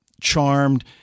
charmed